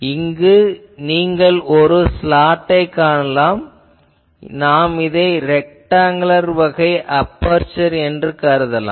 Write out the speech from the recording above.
இங்கு நீங்கள் ஒரு ஸ்லாட்டைக் காணலாம் நாம் இதை ரெக்டாங்குலர் வகை அபெர்சர் எனக் கருதலாம்